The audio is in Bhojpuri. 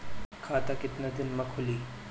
खाता कितना दिन में खुलि?